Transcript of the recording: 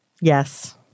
Yes